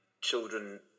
children